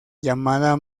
llamada